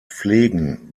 pflegen